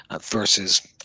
versus